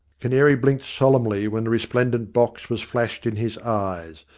canary blinked solemnly when the resplendent box was flashed in his eyes,